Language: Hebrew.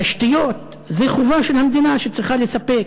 תשתיות זה חובה של המדינה שצריכה לספק.